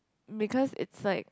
because it's like